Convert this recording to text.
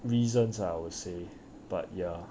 reasons lah I will say but ya